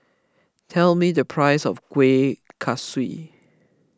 tell me the price of Kueh Kaswi